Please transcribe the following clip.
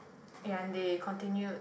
ya and they continued